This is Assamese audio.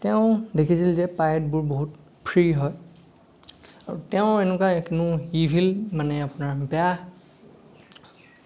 তেওঁ দেখিছিল যে পাইৰেটবোৰ বহুত ফ্ৰী হয় আৰু তেওঁৰ এনেকুৱা কোনো ইভিল মানে আপোনাৰ বেয়া